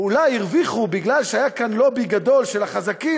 אולי הרוויחו כי היה כאן לובי גדול של החזקים,